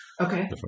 Okay